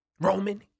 roman